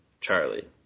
Charlie